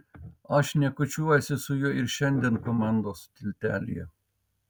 aš šnekučiuojuosi su juo ir šiandien komandos tiltelyje